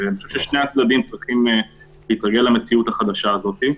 אני חושב ששני הצדדים צריכים להתרגל למציאות החדשה הזאת.